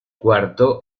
cuarto